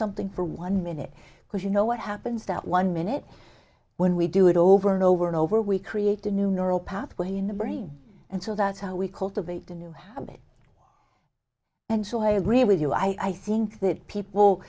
something for one minute because you know what happens that one minute when we do it over and over and over we create a new neural pathway in the brain and so that's how we cultivate a new habit and so i agree with you i think that people